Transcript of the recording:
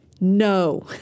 No